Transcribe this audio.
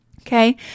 Okay